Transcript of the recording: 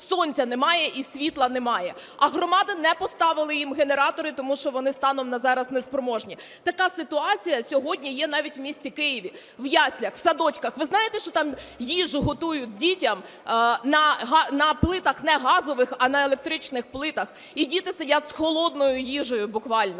сонця немає і світла немає. А громади не поставили їм генератори, тому що вони станом на зараз неспроможні. Така ситуація сьогодні є навіть у місті Києві у яслях у садочках. Ви знаєте, що там їжу готують дітям на плитах не газових, а на електричних плитах, і діти сидять з холодною їжею буквально.